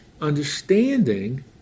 understanding